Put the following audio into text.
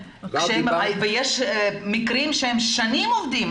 יש מקרים שהם שנים עובדים,